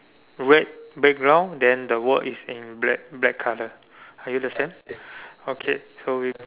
red background then the word is in black black colour are you the same okay so we